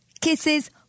Kisses